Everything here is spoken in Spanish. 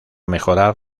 mejorar